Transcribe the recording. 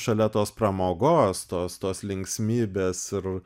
šalia tos pramogos tos tos linksmybės ir